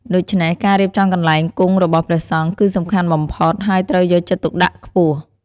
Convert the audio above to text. ដូច្នេះ ការរៀបចំកន្លែងគង់របស់ព្រះសង្ឃ គឺសំខាន់បំផុត ហើយត្រូវយកចិត្តទុកដាក់ខ្ពស់។